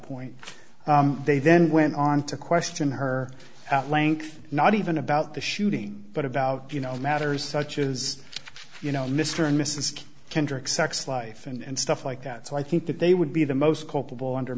point they then went on to question her at length not even about the shooting but about you know matters such as you know mr and mrs kendrick sex life and stuff like that so i think that they would be the most culpable under